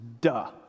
duh